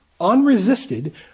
unresisted